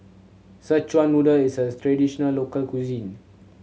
Szechuan Noodle is a traditional local cuisine